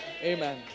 Amen